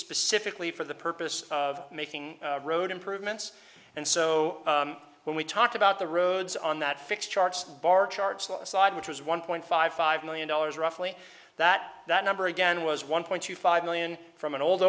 specifically for the purpose of making road improvements and so when we talk about the roads on that fix charts bar charts like a side which was one point five five million dollars roughly that that number again was one point two five million from an old